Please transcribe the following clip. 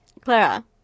clara